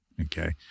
Okay